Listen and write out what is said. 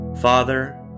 Father